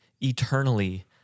eternally